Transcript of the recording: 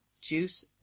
juice